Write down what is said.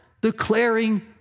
declaring